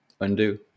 undo